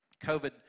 COVID